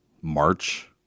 March